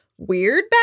Weird